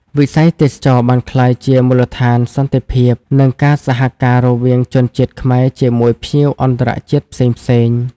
វិស័យទេសចរណ៍បានក្លាយជាមូលដ្ឋានសន្តិភាព និងការសហការណ៍រវាងជនជាតិខ្មែរជាមួយភ្ញៀវអន្តរជាតិផ្សេងៗ។